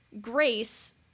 Grace